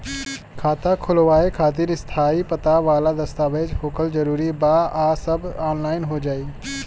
खाता खोलवावे खातिर स्थायी पता वाला दस्तावेज़ होखल जरूरी बा आ सब ऑनलाइन हो जाई?